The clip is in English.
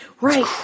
right